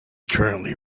currently